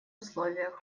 условиях